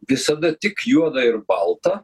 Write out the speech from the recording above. visada tik juoda ir balta